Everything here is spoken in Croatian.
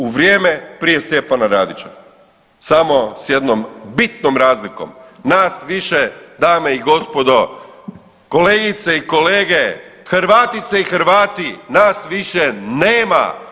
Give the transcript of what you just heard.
U vrijeme prije Stjepana Radića samo sa jednom bitnom razlikom nas više dame i gospodo, kolegice i kolege, Hrvatice i Hrvati, nas više nema.